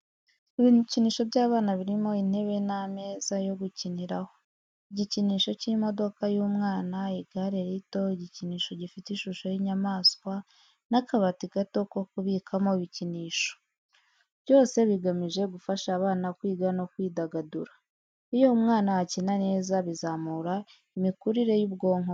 ibikinisho by’abana birimo intebe n’ameza yo gukiniraho, igikinisho cy’imodoka y’umwana, igare rito, igikinisho gifite ishusho y’inyamaswa n’akabati gato ko kubikamo ibikinisho. Byose bigamije gufasha abana kwiga no kwidagadura. Iyo umwana akina neza bizamura imikurire y'ubwonko bwe.